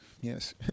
Yes